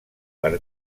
per